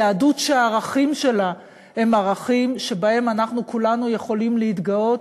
יהדות שהערכים שלה הם ערכים שבהם אנחנו כולנו יכולים להתגאות,